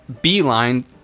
beeline